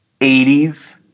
80s